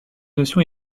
notion